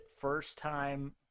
first-time